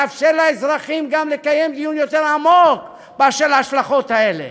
מאפשר לאזרחים גם לקיים דיון יותר עמוק באשר להשלכות האלה.